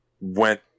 went